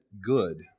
good